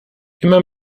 immer